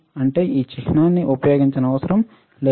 అంటే ఈ చిహ్నాన్ని ఉపయోగించనవసరం లేదు